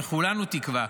וכולנו תקווה,